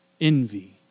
envy